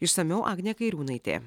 išsamiau agnė kairiūnaitė